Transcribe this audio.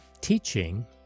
teaching